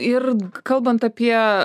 ir kalbant apie